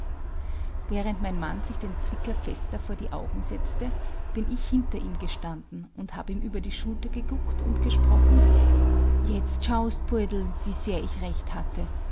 während mein mann sich den zwicker fester vor die augen setzte bin ich hinter ihm gestanden und hab ihm über die schulter geguckt und gesprochen jetzt schaust poldl wie sehr ich recht hatte